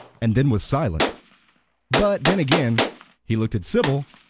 and then was silent but then again he looked at sybil,